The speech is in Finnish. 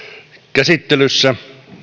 käsittelyssä